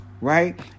right